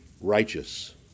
righteous